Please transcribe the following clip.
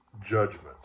judgments